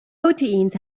proteins